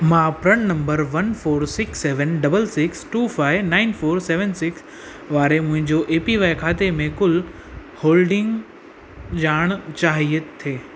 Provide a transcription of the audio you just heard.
मां प्रन number one four six seven double six two five nine four seven six वारे मुंहिंजो A P Y खाते में कुल होल्डिंग ॼाणणु चाहियां थो